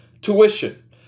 tuition